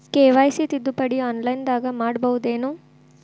KYC ತಿದ್ದುಪಡಿ ಆನ್ಲೈನದಾಗ್ ಮಾಡ್ಬಹುದೇನು?